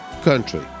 country